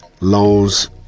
Loans